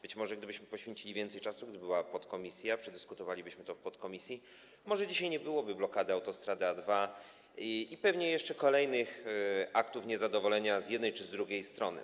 Być może gdybyśmy poświęcili więcej czasu, gdyby była podkomisja, gdybyśmy przedyskutowali to w podkomisji, dzisiaj nie byłoby blokady autostrady A2 i pewnie jeszcze kolejnych aktów niezadowolenia z jednej czy z drugiej strony.